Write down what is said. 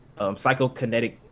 psychokinetic